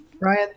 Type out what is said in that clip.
Ryan